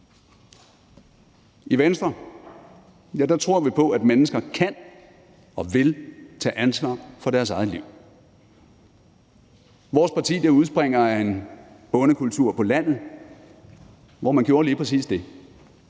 I Venstre tror vi på, at mennesker kan og vil tage ansvar for deres eget liv. Vores parti udspringer af en bondekultur på landet, hvor man gjorde lige præcis det.